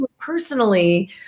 personally